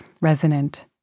resonant